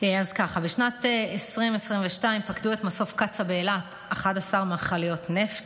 בשנת 2022 פקדו את מסוף קצא"א באילת 11 מכליות נפט.